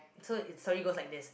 so its story go like this